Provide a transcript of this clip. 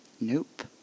Nope